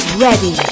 ready